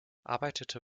arbeitete